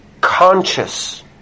conscious